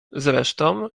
zresztą